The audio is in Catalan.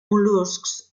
mol·luscs